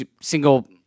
Single